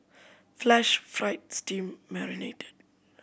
flash fried steam marinated